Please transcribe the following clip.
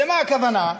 ולמה הכוונה?